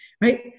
right